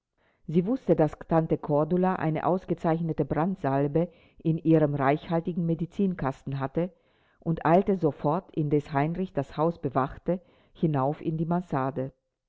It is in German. sie wußte daß tante cordula eine ausgezeichnete brandsalbe in ihrem reichhaltigen medizinkasten hatte und eilte sofort indes heinrich das haus bewachte hinauf in die mansarde